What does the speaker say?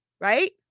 Right